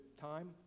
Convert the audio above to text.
Time